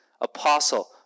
Apostle